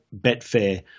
Betfair